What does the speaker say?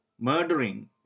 murdering